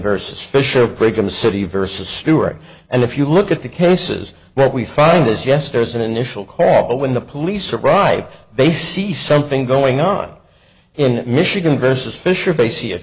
versus fisher brigham city versus stewart and if you look at the cases that we find is yes there's an initial call but when the police arrive they see something going on in michigan versus fisher bas